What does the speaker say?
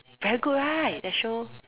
very good right that show